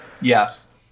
yes